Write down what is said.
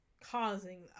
causing